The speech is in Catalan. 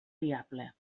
diable